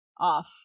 off